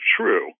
true